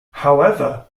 however